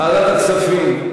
ועדת הכספים.